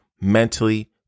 mentally